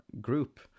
group